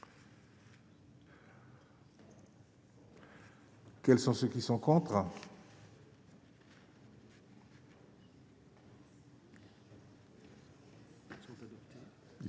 Quels sont ceux qui sont contre. Ils sont adoptés.